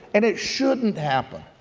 and it shouldn't happen.